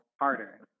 harder